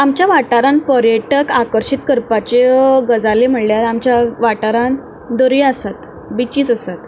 आमच्या वाटारांत पर्यटक आकर्शीत करपाच्यो गजाली म्हणल्यार आमच्या वाटारांत दर्या आसात बिचीस आसात